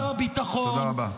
-- ושר הביטחון -- תודה רבה.